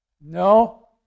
No